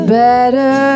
better